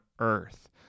earth